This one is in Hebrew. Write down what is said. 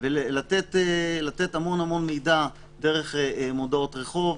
ולתת המון המון מידע דרך מודעות רחוב,